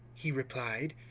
he replied,